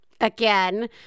again